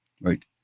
right